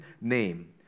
name